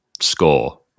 score